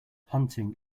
hunting